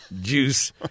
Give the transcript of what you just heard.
juice